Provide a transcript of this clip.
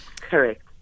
Correct